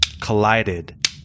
collided